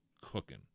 cooking